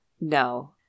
No